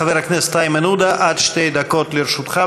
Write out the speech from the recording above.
חבר הכנסת איימן עודה, עד שתי דקות לרשותך.